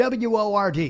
WORD